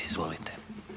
Izvolite.